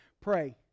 pray